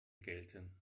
gelten